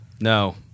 No